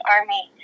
Army